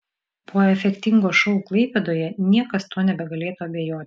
po efektingo šou klaipėdoje niekas tuo nebegalėtų abejoti